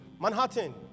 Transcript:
Manhattan